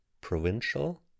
provincial